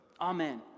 Amen